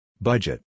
budget